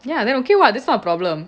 ya then okay [what] that's not a problem